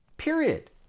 Period